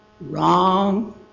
Wrong